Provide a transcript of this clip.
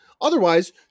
Otherwise